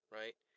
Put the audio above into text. right